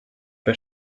pas